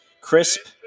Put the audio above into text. crisp